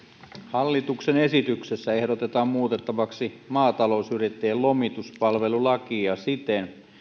hallituksen esityksessä ehdotetaan muutettavaksi maatalousyrittäjien lomituspalvelulakia siten